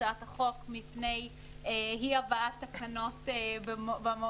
הצעת החוק מפני אי הבאת תקנות במועד,